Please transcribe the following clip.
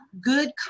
good